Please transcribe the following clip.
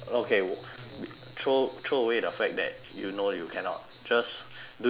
throw throw away the fact that you know you cannot just do it for fun